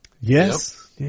Yes